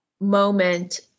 moment